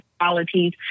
qualities